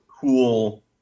cool